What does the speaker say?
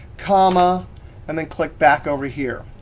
comma and then click back over here,